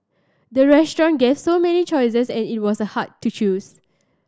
the restaurant gave so many choices and it was hard to choose